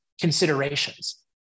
considerations